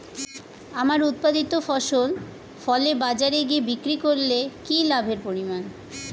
আমার উৎপাদিত ফসল ফলে বাজারে গিয়ে বিক্রি করলে কি লাভের পরিমাণ?